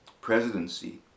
presidency